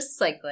recycling